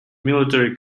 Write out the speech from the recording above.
military